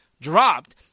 dropped